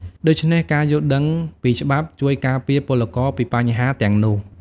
ដូច្នេះ ការយល់ដឹងពីច្បាប់ជួយការពារពលករពីបញ្ហាទាំងនោះ។